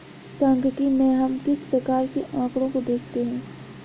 सांख्यिकी में हम किस प्रकार के आकड़ों को देखते हैं?